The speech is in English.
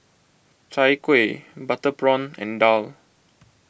Chai Kuih Butter Prawn and Daal